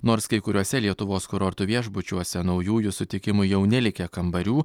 nors kai kuriuose lietuvos kurortų viešbučiuose naujųjų sutikimui jau nelikę kambarių